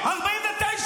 דבריו.